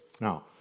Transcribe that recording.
Now